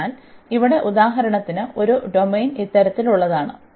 അതിനാൽ ഇവിടെ ഉദാഹരണത്തിന് ഒരു ഡൊമെയ്ൻ ഇത്തരത്തിലുള്ളതാണ്